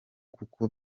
kuko